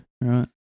Right